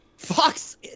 Fox